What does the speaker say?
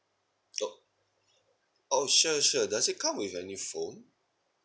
oh oh sure sure does it come with any phone